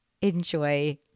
enjoy